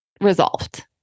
resolved